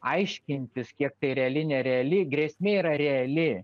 aiškintis kiek tai reali nereali grėsmė yra reali